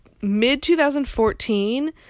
mid-2014